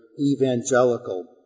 evangelical